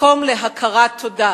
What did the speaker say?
מקום להכרת תודה,